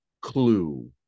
clue